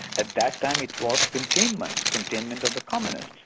at that time it was containment, containment of the communists,